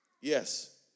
Yes